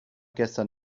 gestern